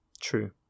True